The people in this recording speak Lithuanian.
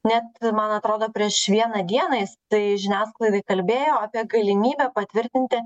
net man atrodo prieš vieną dieną jis tai žiniasklaidai kalbėjo apie galimybę patvirtinti